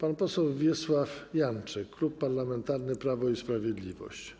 Pan poseł Wiesław Janczyk, Klub Parlamentarny Prawo i Sprawiedliwość.